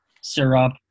syrup